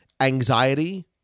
anxiety